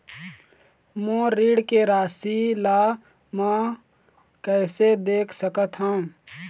मोर ऋण के राशि ला म कैसे देख सकत हव?